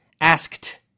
Asked